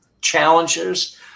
challenges